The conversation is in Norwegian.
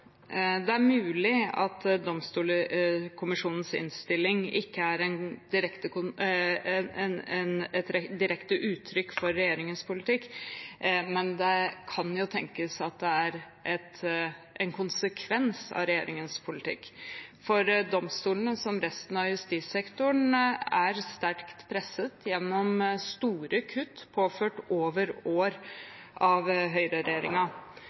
Det er mulig at Domstolkommisjonens innstilling ikke er et direkte uttrykk for regjeringens politikk, men det kan jo tenkes at det er en konsekvens av regjeringens politikk, for domstolene, som resten av justissektoren, er sterkt presset gjennom store kutt påført over år av